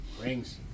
Rings